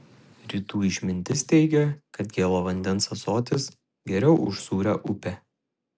rytų išmintis teigia kad gėlo vandens ąsotis geriau už sūrią upę